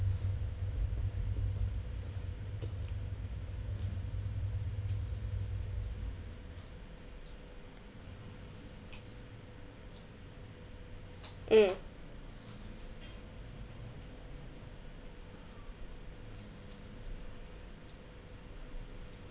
mm